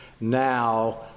now